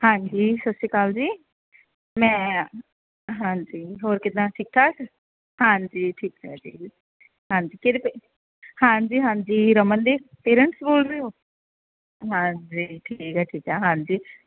ਹਾਂਜੀ ਸਤਿ ਸ਼੍ਰੀ ਅਕਾਲ ਜੀ ਮੈਂ ਹਾਂਜੀ ਹੋਰ ਕਿੱਦਾਂ ਠੀਕ ਠਾਕ ਹਾਂਜੀ ਠੀਕ ਹੈ ਜੀ ਹਾਂਜੀ ਹਾਂਜੀ ਹਾਂਜੀ ਰਮਨ ਦੇ ਪੇਰੈਂਟਸ ਬੋਲ ਰਹੇ ਹੋ ਹਾਂਜੀ ਠੀਕ ਆ ਠੀਕ ਆ ਹਾਂਜੀ